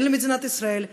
כן למדינת ישראל,